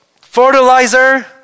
fertilizer